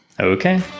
Okay